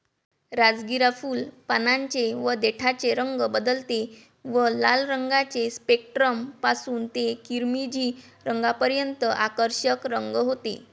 राजगिरा फुल, पानांचे व देठाचे रंग बदलते व लाल रंगाचे स्पेक्ट्रम पासून ते किरमिजी रंगापर्यंत आकर्षक रंग होते